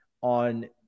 on